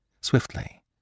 swiftly